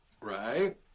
Right